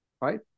right